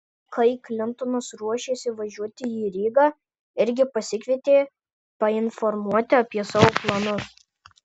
kai klintonas ruošėsi važiuoti į rygą irgi pasikvietė painformuoti apie savo planus